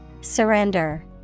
Surrender